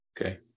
Okay